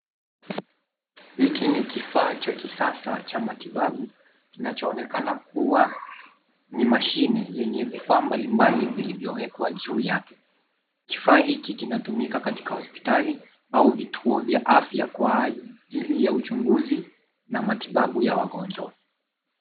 Hiki ni kifaa cha kisasa cha matibabu kinachoonekana kuwa ni mashine yenye vifaa mbalimbali vilivyowekwa juu yake. Kifaa hiki kinatumika katika hospitali au vituo vya afya kwa ajili ya uchunguzi na matibabu ya wagonjwa.